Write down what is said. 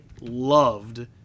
loved